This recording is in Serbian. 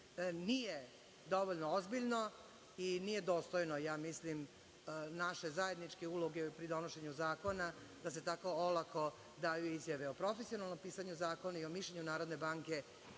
dovoljno ozbiljno i nije dostojno, ja mislim, naše zajedničke uloge pri donošenju zakona, da se tako olako daju izjave o profesionalnom pisanju zakona i o mišljenju Narodne banke,